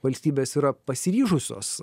valstybės yra pasiryžusios